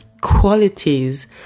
qualities